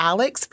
Alex